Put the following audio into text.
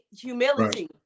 Humility